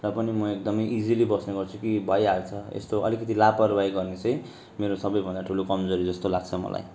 र पनि म एकदमै इजिली बस्ने गर्छु कि भइहाल्छ यस्तो अलिकति लापरवाही गर्ने चाहिँ मेरो सबैभन्दा ठुलो कमजोरी जस्तो लाग्छ मलाई